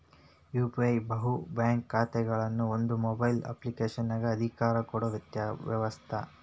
UPI ಬಹು bank ಖಾತೆಗಳನ್ನ ಒಂದ ಮೊಬೈಲ್ ಅಪ್ಲಿಕೇಶನಗ ಅಧಿಕಾರ ಕೊಡೊ ವ್ಯವಸ್ತ